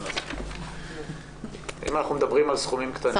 אם אנחנו מדברים על סכומים קטנים.